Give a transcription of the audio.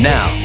Now